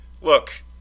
Look